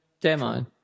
demo